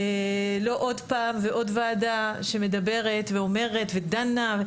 לא עוד פעם ועוד וועדה שמדברת ואומרת ודנה,